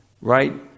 right